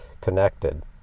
connected